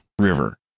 River